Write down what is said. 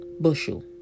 bushel